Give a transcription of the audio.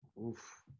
Oof